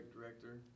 director